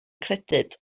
credyd